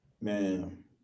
Man